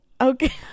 Okay